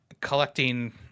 collecting